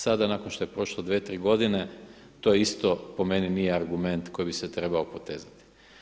Sada nakon što je prošlo dvije, tri godine to isto po meni nije argument koji bi se trebao potezati.